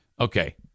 Okay